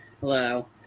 Hello